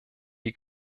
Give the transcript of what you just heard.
die